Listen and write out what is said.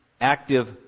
active